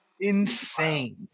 insane